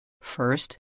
First